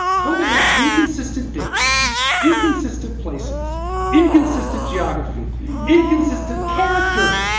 tobit has inconsistent dates inconsistent places inconsistent geography inconsistent characters